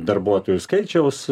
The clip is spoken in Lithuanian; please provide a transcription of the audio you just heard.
darbuotojų skaičiaus